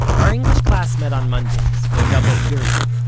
our english class met on mondays, for a double period,